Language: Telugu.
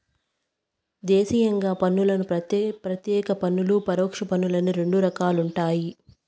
దేశీయంగా పన్నులను ప్రత్యేక పన్నులు, పరోక్ష పన్నులని రెండు రకాలుండాయి